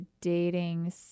dating